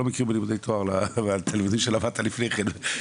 לא מכיר בלימודי תואר ללימודים שלמדת לפני כן,